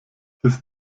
ist